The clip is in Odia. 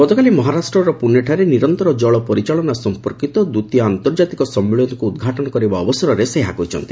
ଗତକାଲି ମହାରାଷ୍ଟ୍ରର ପୁନେଠାରେ ନିରନ୍ତର ଜଳ ପରିଚାଳନା ସଂପର୍କିତ ଦ୍ୱିତୀୟ ଆନ୍ତର୍ଜାତିକ ସମ୍ମିଳନୀକୁ ଉଦ୍ଘାଟନ କରିବା ଅବସରରେ ସେ ଏହା କହିଛନ୍ତି